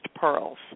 Pearls